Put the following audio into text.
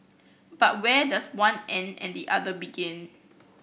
but where does one end and the other begin